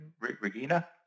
Regina